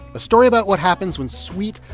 a story about what happens when sweet,